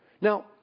Now